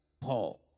Paul